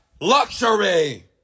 luxury